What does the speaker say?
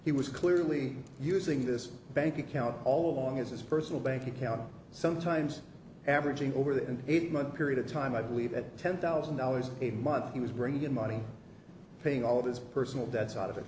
he was clearly using this bank account all along as his personal bank account sometimes averaging over the eight month period of time i believe at ten thousand dollars a month he was bringing in money paying all of his personal debts out of it